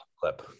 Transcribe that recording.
clip